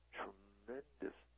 tremendous